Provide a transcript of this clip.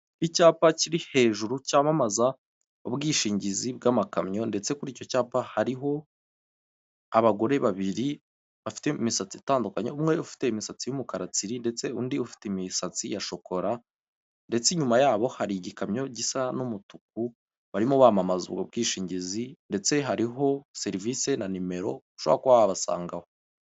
Icyapa kiri hejuru cyamamaza ubwishingizi bw'amakamyo ndetse kuri icyo cyapa hariho abagore babiri bafite imisatsi itandukanye umwe ufite imisatsi y'umukara tsiri ndetse undi ufite imisatsi ya shokora ndetse nyuma yabo hari igikamyo gisa n'umutuku warimo wamamaza ubwo bwishingizi ndetse hariho serivise na numero ushobora kuba wabasangaho.